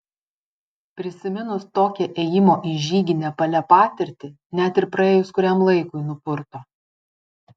prisiminus tokią ėjimo į žygį nepale patirtį net ir praėjus kuriam laikui nupurto